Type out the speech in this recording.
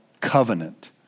covenant